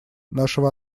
нашего